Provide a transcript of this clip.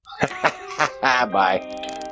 Bye